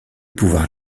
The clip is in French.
pouvoir